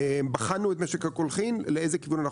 בחנו את ממשק הקולחים לאיזה כיוון אנחנו